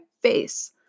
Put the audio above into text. face